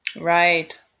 Right